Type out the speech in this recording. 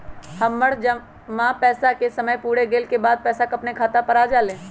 हमर जमा पैसा के समय पुर गेल के बाद पैसा अपने खाता पर आ जाले?